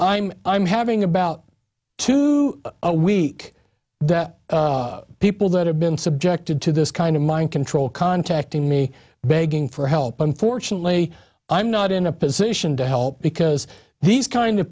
i'm i'm having about two a week people that have been subjected to this kind of mind control contacting me begging for help unfortunately i'm not in a position to help because these kind of